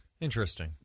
Interesting